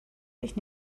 sich